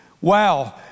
Wow